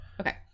Okay